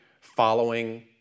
following